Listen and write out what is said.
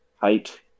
height